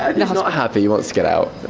ah not not happy, he wants to get out.